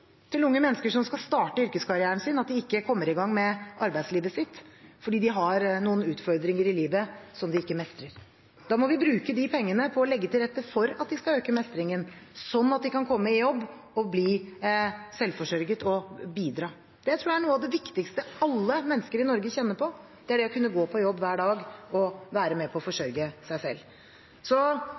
til unge mennesker som skal starte yrkeskarrieren sin, at de ikke kommer i gang med arbeidslivet sitt fordi de har noen utfordringer i livet som de ikke mestrer. Da må vi bruke de pengene på å legge til rette for at de skal øke mestringen, slik at de kan komme i jobb, bli selvforsørget og bidra. Det tror jeg er noe av det viktigste alle mennesker i Norge kjenner på – det å kunne gå på jobb hver dag og være med på å forsørge seg selv.